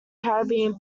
caribbean